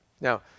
Now